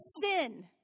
sin